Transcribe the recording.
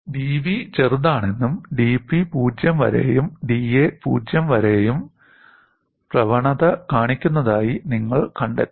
dV ചെറുതാണെന്നും dP 0 വരെയും dA 0 വരെയും പ്രവണത കാണിക്കുന്നതായി നിങ്ങൾ കണ്ടെത്തും